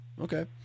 Okay